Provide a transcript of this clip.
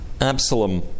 Absalom